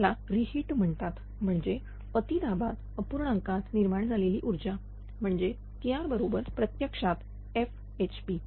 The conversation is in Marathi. याला रि हीट म्हणतात म्हणजेच अति दाबात अपूर्णांकात निर्माण झालेली ऊर्जा म्हणजेच Kr बरोबर प्रत्यक्षात FHP